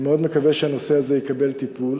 אני מאוד מקווה שהנושא הזה יקבל טיפול.